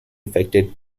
affected